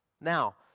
Now